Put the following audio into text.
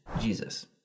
jesus